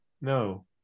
no